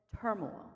turmoil